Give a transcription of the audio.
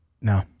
No